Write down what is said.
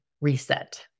reset